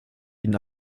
ihn